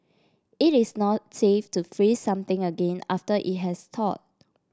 it is not safe to freeze something again after it has thawed